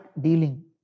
dealing